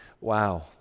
wow